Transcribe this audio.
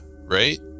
right